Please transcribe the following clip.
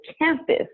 Campus